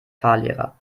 fahrlehrer